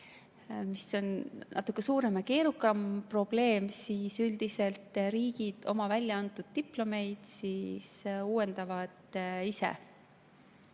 mis on natuke suurem ja keerukam probleem, siis üldiselt riigid oma väljaantud diplomeid uuendavad ise.